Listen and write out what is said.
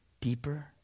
deeper